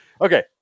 Okay